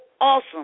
awesome